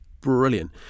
brilliant